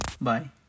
Bye